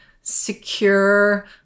secure